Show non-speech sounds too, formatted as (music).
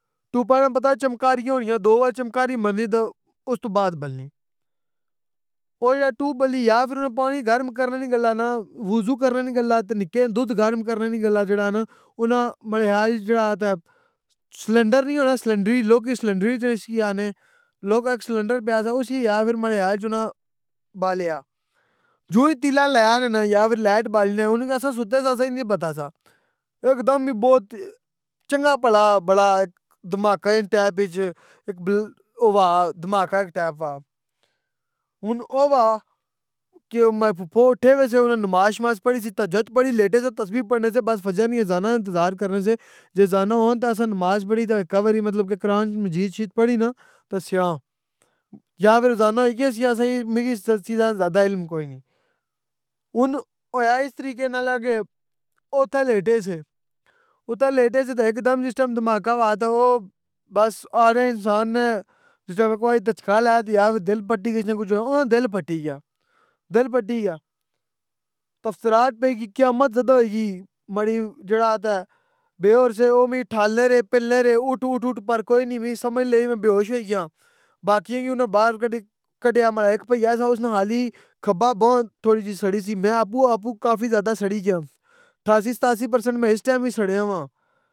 دو باری پتہ چمکاریاں ہوئی یاں، دو واری چمکای ماری تے اس دو بعد بلنی۔ او جیڑا (unintelligible) پانی گرم کرے نی گلا، وضو کرے نی گلا، تے نکے دودھ گرم کرے نی گلا نا ماڑے خیال وچ جیڑا نا سلنڈر نی ہونا، سلنڈر ای؟ لوگ ای سلنڈر اسکی آخنے لوکا جیا سلنڈر پیا سا، اس کی آخیا جنا بالیا، جوں ای تیلا بالیا یا فر لایٹ بالی نے ان سارے ستے سی اننا نی سی پتہ سا، ہیک دم ای بہت، چنگا پھلا بڑا دھماکا ای ٹائپ وچ او ہو وا دھماکا ایک ٹائپ وا۔ ہن او وا کے ماڑے پھپو اٹھے نے سے، نماز شماز اننا پڑھی نی سی، تہاجد پڑھی لیٹے سے، تصبیح پڑھنے سے، بس فجر نی اذان نا انتظار کرنے سے جے اذان آں ہون اسسی نماز پڑھی تے کور ای مطلب قران مجید شدید پڑھی نا سیاں، یا روزانہ ہوئی گیسی میں کی اس چیزا نا زیادہ علم کوئی نی، ہن ہویا اس طریقے نال کہ او اتھا لیٹے سے، اتھا لیٹے سے تے جس ٹائم دھماکہ اوتھے ہویا تے بس ارآیں انسان نے جس ٹائم کوئی دھچکا لئے تے یا پھر دل پٹھی کچھ نا، اننا نا دل پٹھی گیا۔ دل پٹھی گیا تعسارت جیڑی قیامت زدہ ہوئی گئی ماڑا جیڑا تے بے ہور سے او وی ٹھوالنے رہے، کے اٹھ اٹھ اٹھ پر کوئی نی وی سمجھ لگی میں بے ہوش ہوئی گیاں باقی کیاں وی اننا نے باہر کڈیا تے ماڑا ایک پئئیا سا اس نا خالی کھبنا باں تھوڑی جیی سڑی سی، میں آخیا ابو ابو میں کافی زیادہ سڑی گیاں، ستاسی اٹھاسی پرسنٹ میں اس ٹائم وی سڑا واں۔